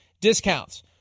discounts